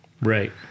Right